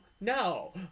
no